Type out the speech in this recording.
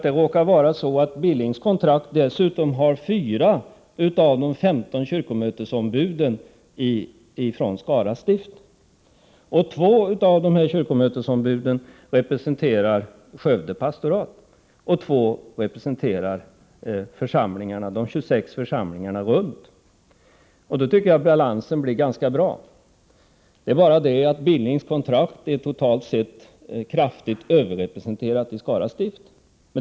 Det råkar nämligen vara så, att 4 av de 15 kyrkomötesombuden i Skara stift kommer från Billings kontrakt. 2 av dessa kyrkomötesombud representerar två Skövde pastorat och 2 de 26 församlingarna runt omkring. Balansen blir då ganska bra. Det är bara det att Billings kontrakt totalt sett är kraftigt överrepresenterat i Skara stift.